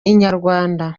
inyarwanda